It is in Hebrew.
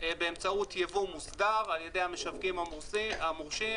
באמצעות יבוא מוסדר על ידי המשווקים המורשים,